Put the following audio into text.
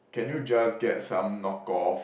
can you just get some knock off